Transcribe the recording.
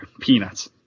peanuts